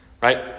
right